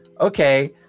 okay